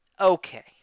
Okay